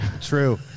True